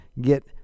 get